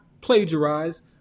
plagiarize